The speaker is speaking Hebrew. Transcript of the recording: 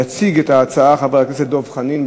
יציג את ההצעה חבר הכנסת דב חנין.